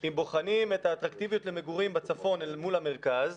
אם בוחנים את האטרקטיביות למגורים בצפון אל מול המרכז,